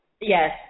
yes